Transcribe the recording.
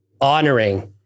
honoring